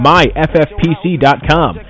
MyFFPC.com